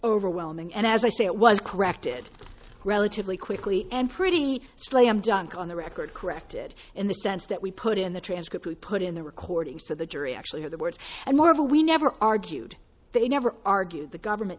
overwhelming and as i say it was corrected relatively quickly and pretty slam dunk on the record corrected in the sense that we put in the transcript we put in the recording so the jury actually hear the words and moreover we never argued they never argued the government